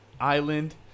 Island